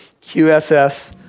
Q-S-S